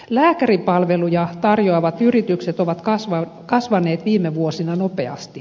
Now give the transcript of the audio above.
lääkäripalveluja tarjoavat yritykset ovat kasvaneet viime vuosina nopeasti